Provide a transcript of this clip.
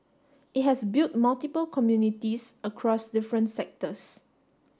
it has built multiple communities across different sectors